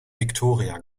victoria